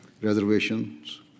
reservations